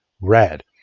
Red